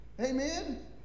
Amen